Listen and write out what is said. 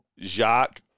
Jacques